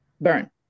Burn